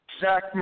Zach